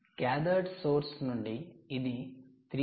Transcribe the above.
gathered source నుండి ఇది 3